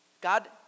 God